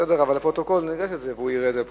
בסדר, הוא יראה את זה בפרוטוקול.